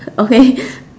okay